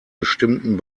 bestimmten